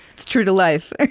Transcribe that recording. it's true to life.